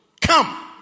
come